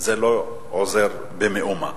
זה לא עוזר במאומה.